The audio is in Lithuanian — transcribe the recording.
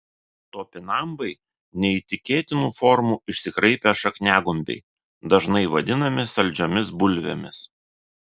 topinambai neįtikėtinų formų išsikraipę šakniagumbiai dažnai vadinami saldžiomis bulvėmis